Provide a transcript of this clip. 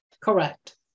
Correct